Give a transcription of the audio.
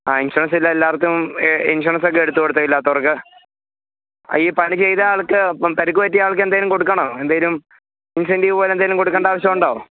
ആ ഇൻഷുറൻസ് ഇല്ലേ എല്ലാവർക്കും ഇൻഷുറൻസ് ഒക്കെ എടുത്ത് കൊടുത്തോ ഇല്ലാത്തവർക്ക് ഈ പണി ചെയ്ത ആൾക്ക് പരിക്കു പറ്റിയ ആൾക്ക് എന്തെങ്കിലും കൊടുക്കണോ എന്തെങ്കിലും ഇൻസെന്റീവ് പോലെ എന്തെങ്കിലും കൊടുക്കേണ്ട ആവശ്യം ഉണ്ടോ